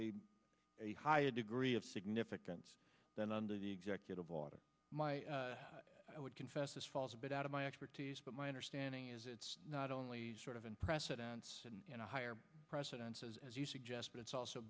a a higher degree of significance than under the executive order i would confess is false but out of my expertise but my understanding is it's not only sort of an precedents in a higher precedence as as you suggest but it's also